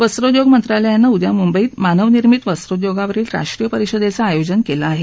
वस्त्रोद्योग मंत्रालयानं उद्या मुंबईत मानवनिर्मित वस्त्रोद्योगावरील राष्ट्रीय परिषदेचं आयोजन केलं आहे